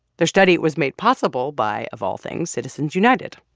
their study was made possible by, of all things, citizens united,